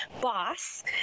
boss